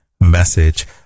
message